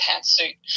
pantsuit